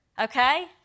Okay